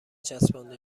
چسبانده